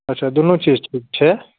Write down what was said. अच्छा दुन्नू चीज ठीक छै